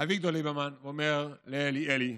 אביגדור ליברמן ואומר לאלי: אלי,